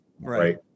right